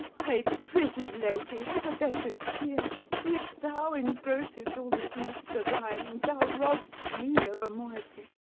i prithee, lady, have a better cheer if thou engrossest all the griefs are thine, thou robb'st me of a moiety.